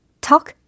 Talk